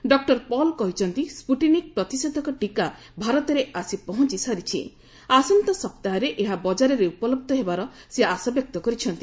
doctor Paul କହିଛନ୍ତି Sputnik ପ୍ରତିଷେଧକ ଟିକା ଭାରତରେ ଆସି ପହଞ୍ଚି ସାରିଛି ଆସନ୍ତା ସପ୍ତାହରେ ଏହା ବଜାରରେ ଉପଲବ୍ଧ ହେବାର ସେ ଆଶା ବ୍ୟକ୍ତ କରିଛନ୍ତି